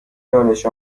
دانش